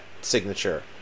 signature